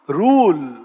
rule